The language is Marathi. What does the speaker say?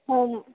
हो